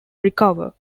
recover